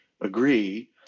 agree